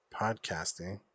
podcasting